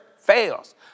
fails